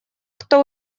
кто